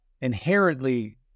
inherently